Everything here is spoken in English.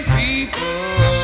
people